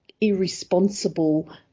irresponsible